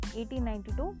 1892